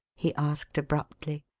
he asked abruptly.